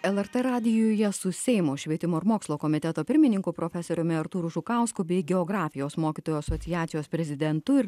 lrt radijuje su seimo švietimo ir mokslo komiteto pirmininku profesoriumi artūru žukausku bei geografijos mokytojų asociacijos prezidentu ir